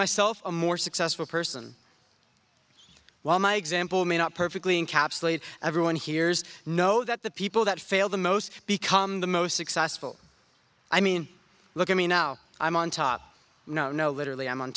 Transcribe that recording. myself a more successful person while my example may not perfectly encapsulate everyone hears know that the people that fail the most become the most successful i mean look at me now i'm on top no no literally i'm on